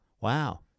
Wow